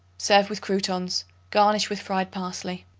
serve with croutons garnish with fried parsley.